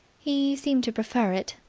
he seemed to prefer it.